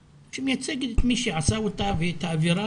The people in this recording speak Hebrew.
מייצגת את מי שעשה אותה ואת האווירה